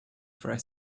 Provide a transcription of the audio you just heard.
for